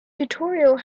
tutorial